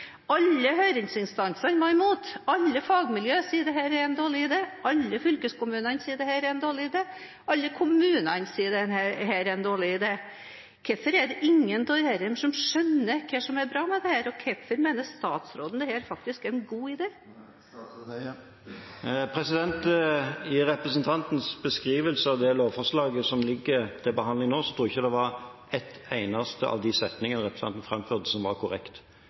Alle høringsinstanser var imot. Alle fagmiljøer sier at dette er en dårlig idé. Alle fylkeskommuner sier at dette er en dårlig idé. Alle kommuner sier at dette er en dårlig idé. Hvorfor er det ingen av disse som skjønner hva som er bra med dette? Og hvorfor mener statsråden dette faktisk er en god idé? I representantens beskrivelse av det lovforslaget som ligger til behandling nå, tror jeg ikke det var en eneste av de setningene som representanten framførte, som var korrekt.